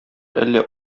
әллә